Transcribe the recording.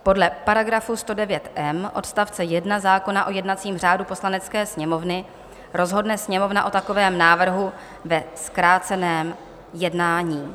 Podle § 109m odst. 1 zákona o jednacím řádu Poslanecké sněmovny rozhodne Sněmovna o takovém návrhu ve zkráceném jednání.